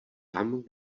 tam